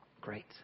great